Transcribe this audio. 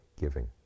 giving